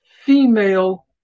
female